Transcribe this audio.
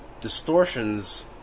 distortions